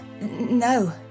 No